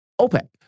OPEC